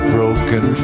Broken